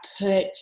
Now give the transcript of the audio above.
put